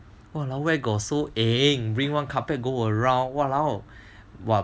!walao! where got so eng one carpet go around !walao! !wah!